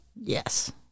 Yes